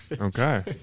Okay